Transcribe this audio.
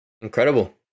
incredible